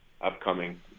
upcoming